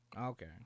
Okay